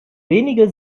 wenige